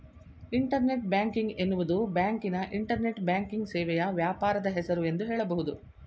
internet banking ಎನ್ನುವುದು ಬ್ಯಾಂಕಿನ internet banking ಸೇವೆಯ ವ್ಯಾಪಾರದ ಹೆಸರು ಎಂದು ಹೇಳಬಹುದು